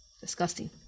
Disgusting